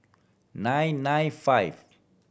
nine nine five